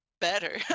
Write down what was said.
better